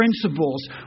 principles